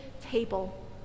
table